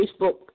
Facebook